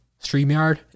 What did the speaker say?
StreamYard